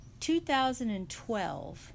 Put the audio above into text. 2012